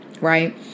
right